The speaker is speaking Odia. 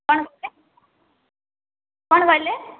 କ'ଣ କହିଲେ କ'ଣ କହିଲେ